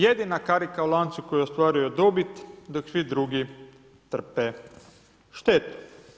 Jedina karika u lancu koji je ostvario dobit dok svi drugi trpe štetu.